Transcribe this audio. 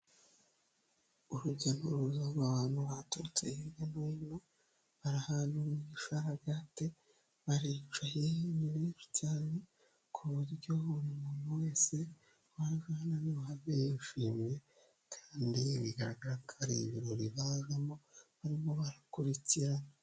Urujya nuruza rw'abantu baturutse hirya no hino. Bari ahantu mu gisharagati baricaye ni benshi cyane. Ku buryo buri muntu wese waje hano aribuhave yishimye kandi bigaragara ko ari ibirori bazamo barimo barakurikirana.